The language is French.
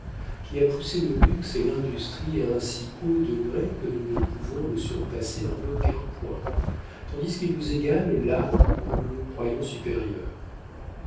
qui a poussé le luxe et l'industrie à un si haut degré que nous ne pouvons le surpasser en aucun point tandis qu'il nous égale là où nous nous croyons supérieurs